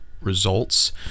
results